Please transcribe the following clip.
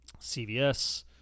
CVS